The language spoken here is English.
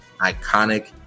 iconic